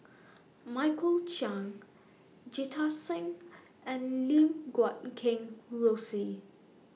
Michael Chiang Jita Singh and Lim Guat Kheng Rosie